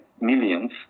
millions